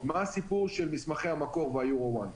מה הסיפור של מסמכי המקור וה-EUR-1.